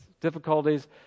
difficulties